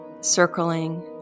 circling